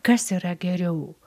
kas yra geriau